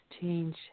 change